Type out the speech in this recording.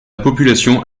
population